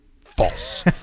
False